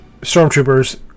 stormtroopers